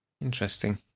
Interesting